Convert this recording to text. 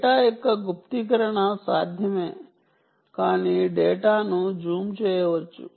data యొక్క గుప్తీకరణ సాధ్యమే కాని డేటాను జామ్ చేయవచ్చు